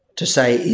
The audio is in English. to say,